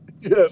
Yes